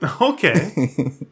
Okay